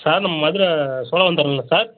sir நான் மதுரை சோழவந்தான் இல்லை sir